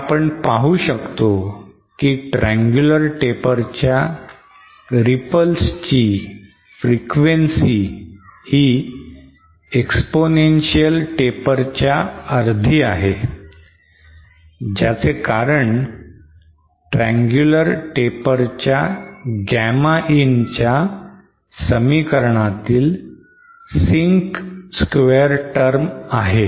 आणि आपण पाहू शकतो की triangular taper च्या ripples ची frequency ही exponential taper च्या अर्धी आहे ज्याचे कारण triangular taper च्या Gamma in च्या समीकरणातील sync square term आहे